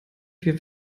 vier